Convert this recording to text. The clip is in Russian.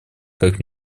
как